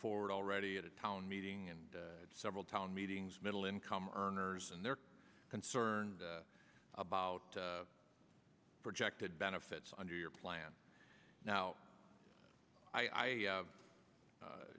forward already at a town meeting and several town meetings middle income earners and they're concerned about projected benefits under your plan now i